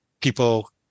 people